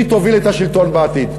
היא תוביל את השלטון בעתיד.